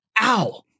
ow